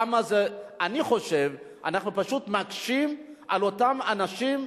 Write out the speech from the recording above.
אני חושב שאנחנו פשוט מקשים על אותם אנשים,